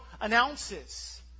announces